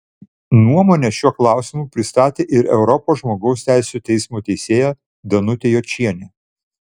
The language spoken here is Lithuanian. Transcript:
nuomonę šiuo klausimu pristatė ir europos žmogaus teisių teismo teisėja danutė jočienė